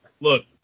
Look